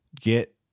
Get